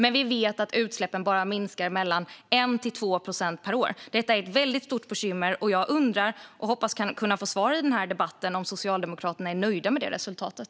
Vi vet dock att utsläppen bara minskar med 1-2 procent per år. Detta är ett väldigt stort bekymmer, och jag hoppas att i den här debatten kunna få svar på om Socialdemokraterna är nöjda med det resultatet.